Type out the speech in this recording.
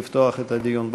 לפתוח את הדיון.